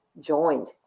Joined